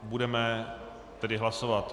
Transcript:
Budeme tedy hlasovat.